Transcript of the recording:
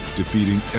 defeating